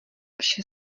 vše